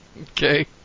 Okay